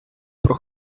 про